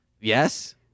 yes